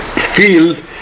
field